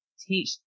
teach